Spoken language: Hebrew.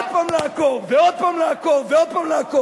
עוד פעם לעקור, ועוד פעם לעקור, ועוד פעם לעקור.